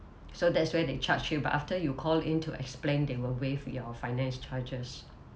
so that's why they charge you but after you call in to explain they will waive your finance charges